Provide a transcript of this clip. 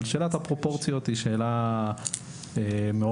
אבל שאלת הפרופורציות היא שאלה כבדה מאוד.